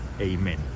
Amen